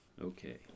Okay